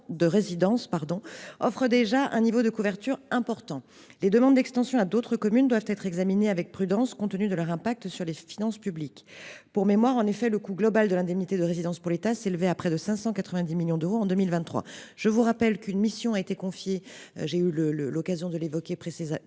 de résidence offre déjà un niveau de couverture important. Les demandes d’extension à d’autres communes doivent être examinées avec prudence, compte tenu de leur impact sur les finances publiques. Pour mémoire, en effet, le coût global de l’indemnité de résidence pour l’État s’élevait à près de 590 millions d’euros en 2023. Je l’ai dit, le député David Amiel s’est vu confier une mission sur ce sujet